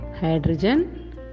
hydrogen